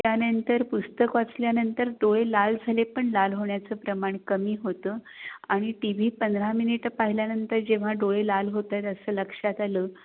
त्यानंतर पुस्तक वाचल्यानंतर डोळे लाल झाले पण लाल होण्याचं प्रमाण कमी होतं आणि टी व्ही पंधरा मिनिटं पाहिल्यानंतर जेव्हा डोळे लाल होत आहेत असं लक्षात आलं